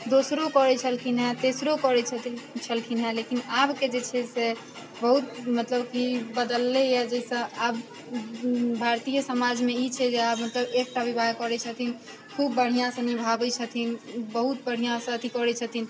दोसरो करै छलखिन हेँ तेसरो करै छथिन छलखिन हेँ लेकिन आबके जे छै से बहुत मतलब कि बदलले हए जाहिसँ आब भारतीय समाजमे ई छै जे आब मतलब एकटा विवाह करै छथिन खूब बढ़िआँसँ निभाबै छथिन बहुत बढ़िआँसँ अथी करै छथिन